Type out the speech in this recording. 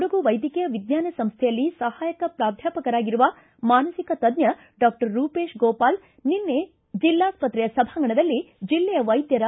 ಕೊಡಗು ವೈದ್ಯಕೀಯ ವಿಜ್ಞಾನ ಸಂಸ್ವೆಯಲ್ಲಿ ಸಹಾಯಕ ಪ್ರಾಧ್ಯಾಪಕರಾಗಿರುವ ಮಾನುಕ ತಜ್ಜ ಡಾಕ್ಟರ್ ರೂಪೇಶ್ ಗೋಪಾಲ್ ನಿನ್ನೆ ಜಿಲ್ಲಾಸ್ತತೆಯ ಸಭಾಂಗಣದಲ್ಲಿ ಜಿಲ್ಲೆಯ ವೈದ್ಯರು